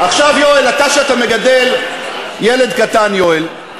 עכשיו, יואל, אתה, שאתה מגדל ילד קטן, יואל,